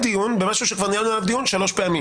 דיון במשהו שכבר ניהלנו עליו דיון שלוש פעמים.